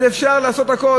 אז אפשר לעשות הכול,